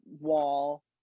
wall